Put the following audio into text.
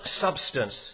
substance